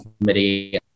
committee